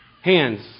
Hands